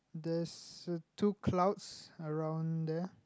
there's two clouds around there